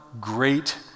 great